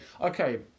okay